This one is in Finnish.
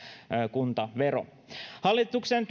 kuntavero hallituksen